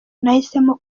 nahisemo